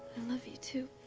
love you too.